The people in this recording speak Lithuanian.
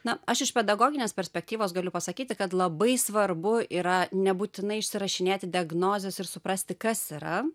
na aš iš pedagoginės perspektyvos galiu pasakyti kad labai svarbu yra nebūtinai išsirašinėti diagnozes ir suprasti kas yra